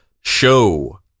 show